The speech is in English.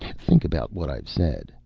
think about what i've said.